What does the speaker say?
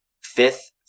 Fifth